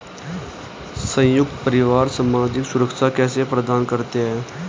संयुक्त परिवार सामाजिक सुरक्षा कैसे प्रदान करते हैं?